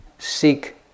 Seek